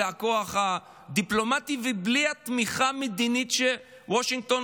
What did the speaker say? בלי הכוח הדיפלומטי ובלי התמיכה המדינית שוושינגטון